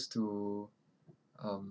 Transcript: to um